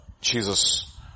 Jesus